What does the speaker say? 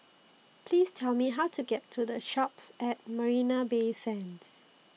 Please Tell Me How to get to The Shoppes At Marina Bay Sands